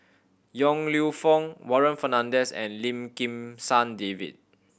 Yong Lew Foong Warren Fernandez and Lim Kim San David